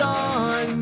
on